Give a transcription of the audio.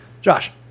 Josh